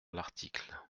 l’article